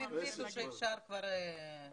הם החליטו שאפשר כבר כמו כולם.